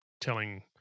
telling